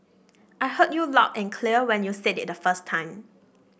I heard you loud and clear when you said it the first time